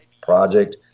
project